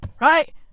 Right